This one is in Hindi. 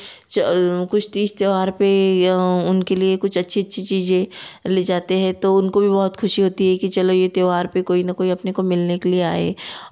कुछ तीज त्यौहार पर या उनके लिए कुछ अच्छी अच्छी चीज़ें ले जाते हैं तो उनको भी बहुत खुशी होती है कि चलो यह त्यौहार पर कोई न कोई अपने को मिलने के लिए आए